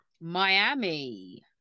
Miami